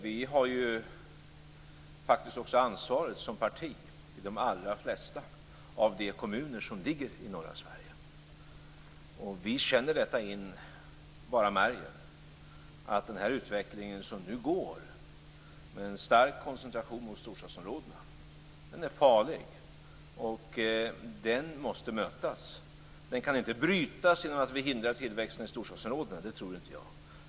Vi har ju faktiskt som parti ansvaret i de allra flesta av de kommuner som ligger i norra Sverige, och vi känner in på bara märgen att den utveckling som nu äger rum, med en stark koncentration till storstadsområdena, är farlig. Den måste mötas. Jag tror inte att den kan brytas genom att vi hindrar tillväxten i storstadsområdena.